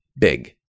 big